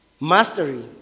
mastery